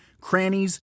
crannies